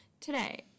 Today